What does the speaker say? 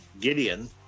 Gideon